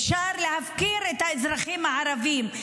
אפשר להפקיר את האזרחים הערבים,